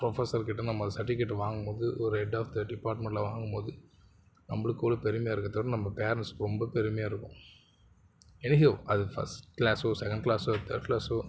professor கிட்ட நம்ம அந்த சர்டிவிகேட்டை வாங்கும் போது ஒரு ஹெட் ஆஃப் த டிபார்ட்மெண்ட்டில் வாங்கும் போது நம்மளுக்கு ஒரு பெருமையாகருக்குறத விட நம்ம பேரெண்ட்ஸ்க்கு ரொம்ப பெருமையாகருக்கும் எனி ஹவ் அது ஃபஸ்ட் கிளாஸோ செகண்ட் கிளாஸோ தேர்ட் கிளாஸோ